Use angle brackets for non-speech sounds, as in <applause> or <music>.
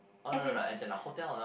as in <breath>